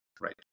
Right